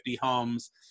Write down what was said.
homes